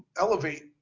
elevate